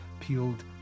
peeled